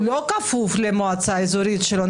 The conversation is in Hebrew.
הוא לא כפוף למועצה האזורית שלו,